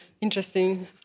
Interesting